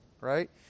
right